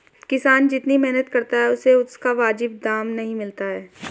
किसान जितनी मेहनत करता है उसे उसका वाजिब दाम नहीं मिलता है